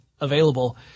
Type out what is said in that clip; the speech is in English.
available